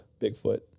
Bigfoot